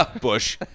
Bush